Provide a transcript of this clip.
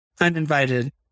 uninvited